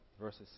Verses